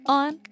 on